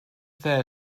there